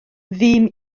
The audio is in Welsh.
fûm